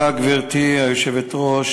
1. גברתי היושבת-ראש,